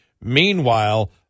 meanwhile